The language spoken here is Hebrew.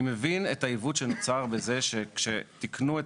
אני מבין את העיוות שנוצר בזה שכשתיקנו את